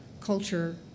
culture